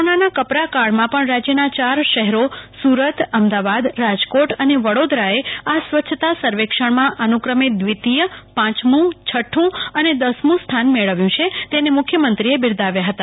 કોરોનાના કપરા કાળમાં પણ રાજ્યના ચાર શહેરો સુ રતઅમદાવાદ રાજકોટ અને વડોદરાએ આ સ્વચ્છતા સર્વેક્ષણ માં અનુ ક્રમે દ્વિતીય પાંચમું છઠ્ઠું અને દસમું સ્થાન મેળવ્યું છે તેને મુ ખ્યમંત્રી એ બિરદાવ્યા હતા